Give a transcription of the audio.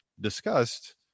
discussed